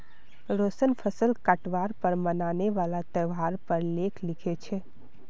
रोशन फसल काटवार पर मनाने वाला त्योहार पर लेख लिखे छे